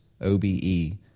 OBE